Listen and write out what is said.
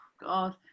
God